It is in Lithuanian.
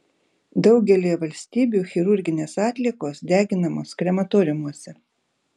daugelyje valstybių chirurginės atliekos deginamos krematoriumuose